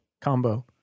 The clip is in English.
combo